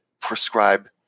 prescribe